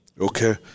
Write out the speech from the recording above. Okay